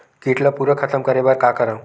कीट ला पूरा खतम करे बर का करवं?